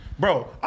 Bro